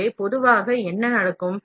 எனவே பொதுவாக என்ன நடக்கும்